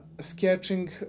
sketching